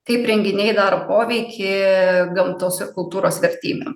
kaip renginiai daro poveikį gamtos ir kultūros vertybėm